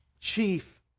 chief